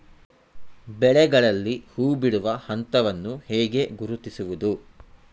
ಬೆಳೆಗಳಲ್ಲಿ ಹೂಬಿಡುವ ಹಂತವನ್ನು ಹೇಗೆ ಗುರುತಿಸುವುದು?